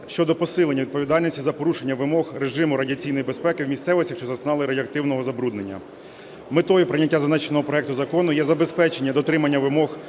щодо посилення відповідальності за порушення вимог режиму радіаційної безпеки в місцевостях, що зазнали радіоактивного забруднення. Метою прийняття зазначеного проекту закону є забезпечення дотримання вимог